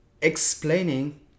explaining